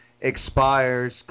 expires